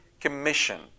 commission